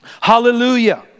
hallelujah